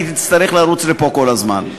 כי תצטרך לרוץ לפה כל הזמן.